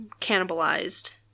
cannibalized